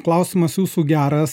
klausimas jūsų geras